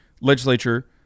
legislature